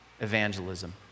evangelism